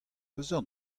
peseurt